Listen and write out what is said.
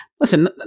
listen